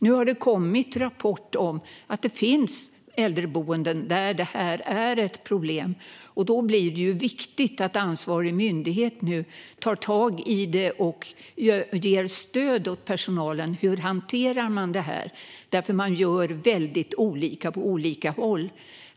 Nu har det kommit rapporter om att det finns ett äldreboende där detta är ett problem. Det är viktigt att ansvarig myndighet nu tar tag i detta och ger stöd åt personalen i hur man hanterar detta. Man gör nämligen väldigt olika på olika håll.